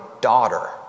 daughter